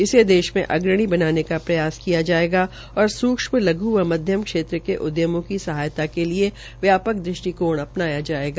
इसे देश में अग्रणी बनाने का प्रयास किया जायेगा और सूक्ष्म लघ् व मध्यम क्षेत्र के उद्यमों की सहायता के लिए व्यापक दृष्टिकोण को अपनाया जायेगा